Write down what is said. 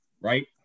right